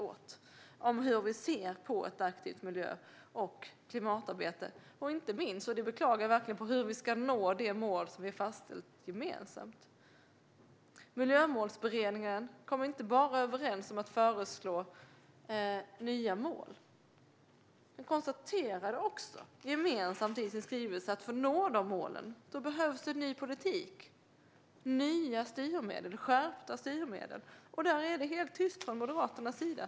Det gäller synen på ett aktivt miljö och klimatarbete och inte minst - detta beklagar jag verkligen - på hur vi ska nå de mål som vi gemensamt har fastställt. Miljömålsberedningen kom inte bara överens om att föreslå nya mål. Den konstaterade också gemensamt i sin skrivelse att det behövs en ny politik med nya och skärpta styrmedel för att nå de målen. Där är det helt tyst från Moderaternas sida.